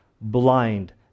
blind